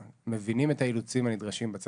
א' ר"ח אדר א'.